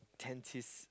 twenties